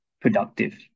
productive